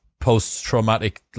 post-traumatic